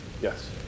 Yes